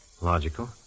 Logical